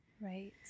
Right